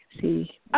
see